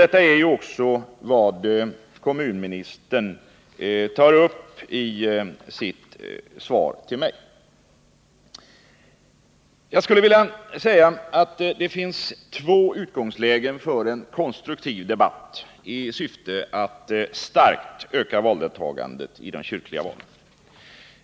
Detta är också vad kommunministern tar upp i sitt svar till mig. Det finns två utgångslägen för en konstruktiv debatt i syfte att starkt öka valdeltagandet i de kyrkliga valen.